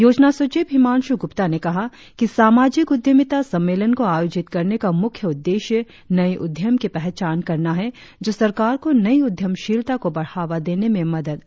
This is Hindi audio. योजना सचिव हिमांशु ग्रुप्ता ने कहा कि सामाजिक उद्यमिता सम्मेलन को आयोजिक करने का मुख्य उद्देश्य नए उद्यम की पहचान करना है जो सरकार को नई उद्यमशीलता को बढ़ावा देने में मदद कर सकता है